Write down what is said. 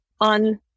on